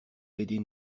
aidez